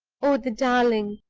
oh, the darling!